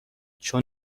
چون